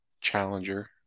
Challenger